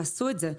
תעשו את זה,